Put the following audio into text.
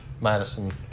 Madison